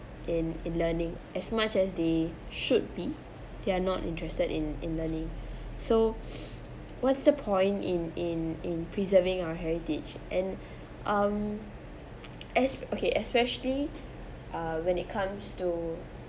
in in learning as much as they should be they're not interested in in learning so what's the point in in in preserving our heritage and um as okay especially uh when it comes to